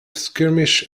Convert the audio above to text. skirmish